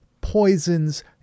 poisons